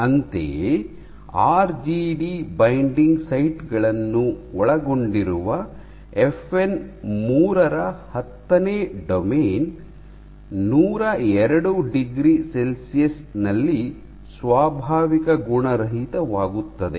ಅಂತೆಯೇ RGD binding site ಗಳನ್ನು ಒಳಗೊಂಡಿರುವ ಎಫ್ಎನ್ 3 ರ ಹತ್ತನೇ ಡೊಮೇನ್ 102 ಡಿಗ್ರಿ ಸೆಲ್ಸಿಯಸ್ ನಲ್ಲಿ ಸ್ವಾಭಾವಿಕ ಗುಣರಹಿತವಾಗುತ್ತದೆ